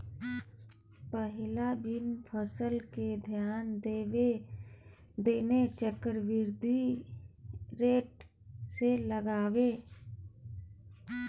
पहिल बिना फीस केँ ध्यान देने चक्रबृद्धि रेट सँ गनब